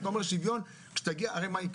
אתה אומר שוויון, הרי מה יקרה?